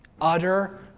Utter